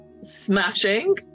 smashing